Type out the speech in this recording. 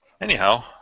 anyhow